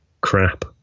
crap